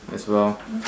as well